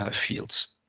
ah fields.